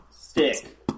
stick